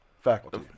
faculty